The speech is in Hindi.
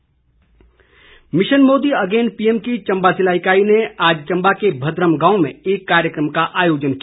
Modi again mission Modi again PM की चम्बा जिला इकाई ने आज चम्बा के भद्रम गांव में एक कार्यक्रम का आयोजन किया